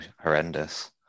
horrendous